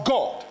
God